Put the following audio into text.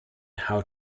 how